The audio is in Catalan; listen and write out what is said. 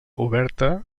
oberta